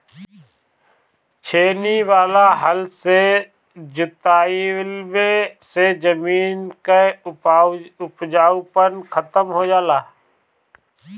छेनी वाला हल से जोतवईले से जमीन कअ उपजाऊपन खतम हो जाला